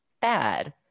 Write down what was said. bad